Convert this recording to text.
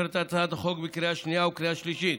ולאשר את הצעת החוק בקריאה שנייה ובקריאה שלישית.